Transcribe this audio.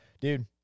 dude